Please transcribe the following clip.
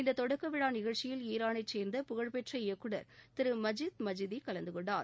இந்த தொடக்க விழா நிகழ்ச்சியில் ஈரானை சேர்ந்த புகழ்பெற்ற இயக்குனர் திரு மஜித்மஜிதி கலந்துகொண்டார்